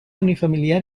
unifamiliar